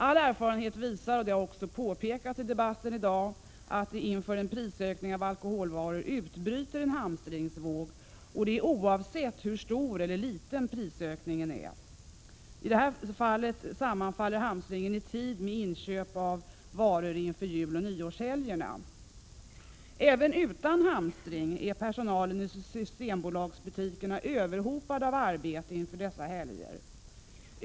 All erfarenhet visar, vilket också har påpekats i debatten, att det inför en höjning av priserna på alkoholvaror utbryter en hamstringsvåg, och det oavsett hur stor eller liten prishöjningen är. I detta fall sammanfaller hamstringen i tid med inköp inför juloch nyårshelgerna. Även utan hamstring är personalen i Systembolagsbutikerna överhopad av arbete inför dessa helger.